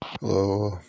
Hello